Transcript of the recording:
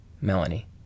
Melanie